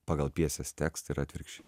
pagal pjesės tekstą yra atvirkščiai